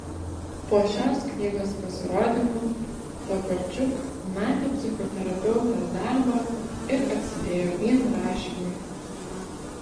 po šios knygos pasirodymo tokarčuk metė psichoterapeutės darbą ir atsidėjo vien rašymui